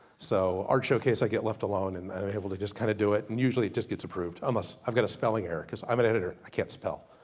so art showcase i get left alone, and i'm able to just kinda do it. and usually it just gets approved. unless i've got a spelling error, cause i'm an editor, i can't spell.